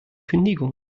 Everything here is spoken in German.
kündigung